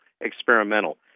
experimental